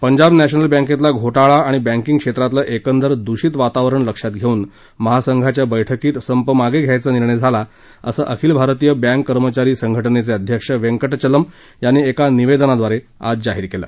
Punjab national बैंकेतला घोटाळा आणि बैंकींग क्षेत्रातलं एकंदर दूषित वातावरण लक्षात घेऊन महासंघाच्या बैठकीत संप मागं घ्यायचा निर्णय झाला असं अखिल भारतीय बैंक कर्मचारी संघटनेचे अध्यक्ष वेंकटचलम यांनी एका निवेदनाद्वारे आज जाहीर केलं